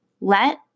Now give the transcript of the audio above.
let